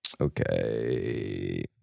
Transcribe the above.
Okay